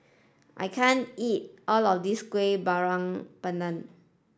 I can't eat all of this Kueh Bakar Pandan